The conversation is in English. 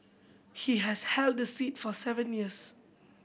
he has held the seat for seven years